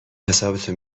حسابتو